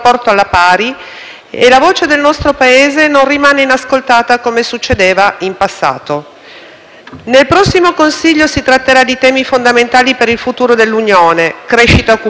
Nel prossimo Consiglio si tratterà di temi fondamentali per il futuro dell'Unione: crescita dell'occupazione, la grande tematica relativa ai cambiamenti climatici e le relazioni esterne dell'Unione europea.